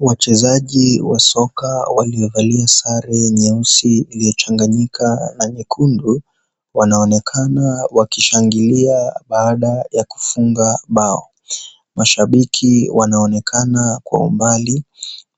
Wachezaji wa soka waliovalia sare nyeusi iliyochanganyika na nyekundu wanaonekana wakishangilia baada ya kufunga bao. Mashabiki wanaonekana kwa umbali